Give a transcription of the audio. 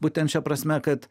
būtent šia prasme kad